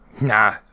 Nah